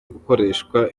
gukoreshwa